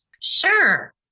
Sure